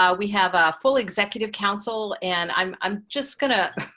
ah we have a full executive council and i'm i'm just gonna